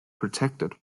protected